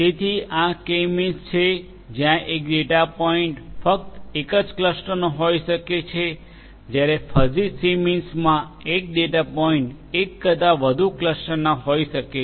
તેથી આ K means છે જ્યાં એક ડેટા પોઇન્ટ ફક્ત એક જ ક્લસ્ટરનો હોઈ શકે છે જ્યારે ફઝી સી મીન્સમાં એક ડેટા પોઇન્ટ એક કરતા વધુ ક્લસ્ટરના હોઈ શકે છે